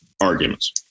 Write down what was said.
arguments